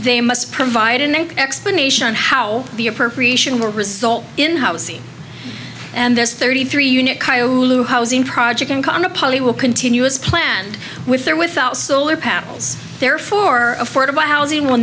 they must provide an explanation on how the appropriation will result in housing and there's thirty three union housing project in qana pollie will continue as planned with or without solar panels therefore affordable housing will